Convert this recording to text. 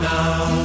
now